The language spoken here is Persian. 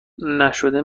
نشده